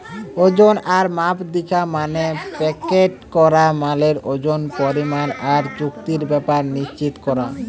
ওজন আর মাপ দিখা মানে প্যাকেট করা মালের ওজন, পরিমাণ আর চুক্তির ব্যাপার নিশ্চিত কোরা